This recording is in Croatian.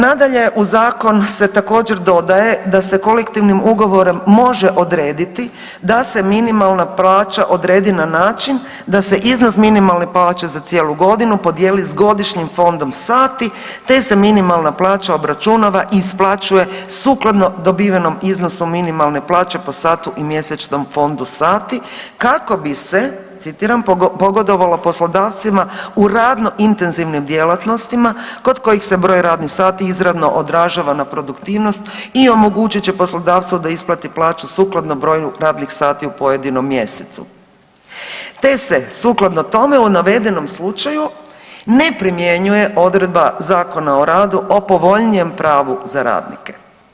Nadalje, u Zakon se također, dodaje da se kolektivnim ugovorom može odrediti da se minimalna plaća odredi na način da se iznos minimalne plaće za cijelu godinu podijeli s godišnjim fondom sati te minimalna plaća obračunava i isplaćuje sukladno dobivenom iznosu minimalne plaće po satu i mjesečnom fondu sati, kako bi se, citiram, pogodovalo poslodavcima u radno intenzivnim djelatnostima kod koji se broj radnih sati izravno odražava na produktivnosti i omogućit će poslodavcu da isplati plaću sukladno broju radnih sati u pojedinom mjesecu te se, sukladno tome u navedenom slučaju ne primjenjuje odredba Zakona o radu o povoljnijem pravu za radnike.